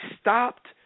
stopped